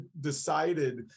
decided